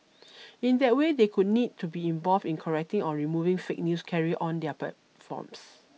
in that way they could need to be involved in correcting or removing fake news carried on their platforms